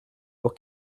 pour